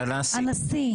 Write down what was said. הנשיא.